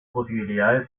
posibilidades